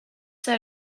that